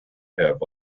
have